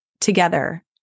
Together